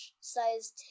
size